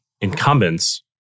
incumbents